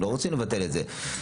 הם לא רוצים לבטל את זה.